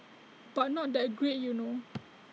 but not that great you know